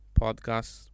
podcasts